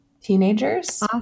teenagers